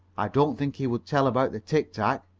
i don't think he would tell about the tic-tac,